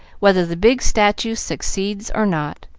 whether the big statue succeeds or not.